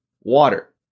water